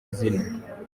izina